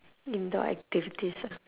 indoor activities ah